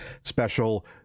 special